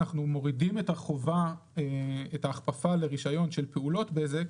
אנחנו מורידים את ההכפפה לרישיון של פעולות בזק,